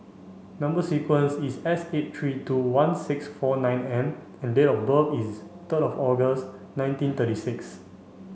number sequence is S eight three two one six four nine M and date of birth is third of August nineteen thirty six